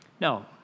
No